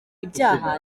ibyaha